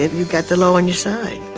you got the law on your side.